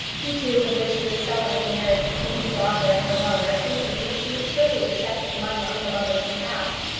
he too had wished to accelerate the marriage between his daughter and her lover, thinking that she would surely accept the money on her lover's behalf.